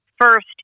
first